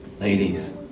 Ladies